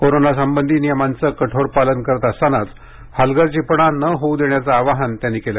corona संबंधी नियमांचे कठोर पालन करत असतानाच हलगर्जीपणा न होऊ देण्याचे आवाहन त्यांनी केले